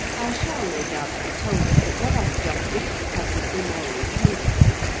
i shall no doubt be told that what i have just written has an immoral tendency,